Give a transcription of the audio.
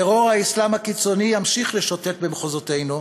טרור האסלאם הקיצוני ימשיך לשוטט במחוזותינו,